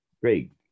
Great